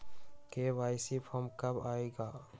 KYC form कब आए गा?